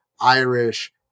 Irish